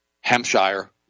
Hampshire